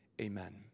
amen